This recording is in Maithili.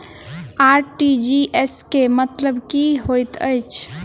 आर.टी.जी.एस केँ मतलब की हएत छै?